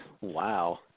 Wow